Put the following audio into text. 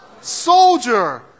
soldier